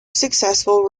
successful